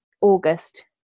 August